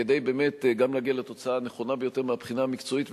כדי להגיע לתוצאה הנכונה ביותר מהבחינה המקצועית,